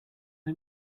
did